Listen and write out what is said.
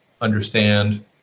understand